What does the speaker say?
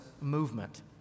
movement